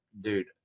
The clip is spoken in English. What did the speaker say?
dude